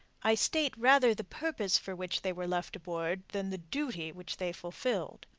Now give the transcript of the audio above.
i state rather the purpose for which they were left aboard than the duty which they fulfilled.